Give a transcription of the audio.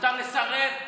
מותר לסרב,